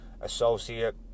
associate